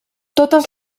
totes